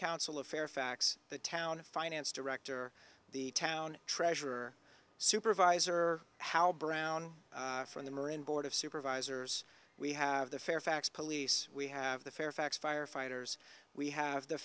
council of fairfax the town finance director the town treasurer supervisor how brown from them are in board of supervisors we have the fairfax police we have the fairfax firefighters we have the